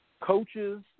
coaches